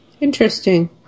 Interesting